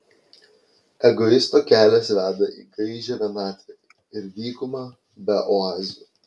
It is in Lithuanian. egoisto kelias veda į gaižią vienatvę ir dykumą be oazių